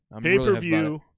Pay-per-view